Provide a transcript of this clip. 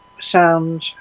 sound